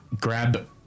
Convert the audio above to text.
grab